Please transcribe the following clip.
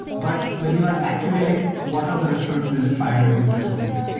but when you are actually like what are the restaurants within five hundred meters of me?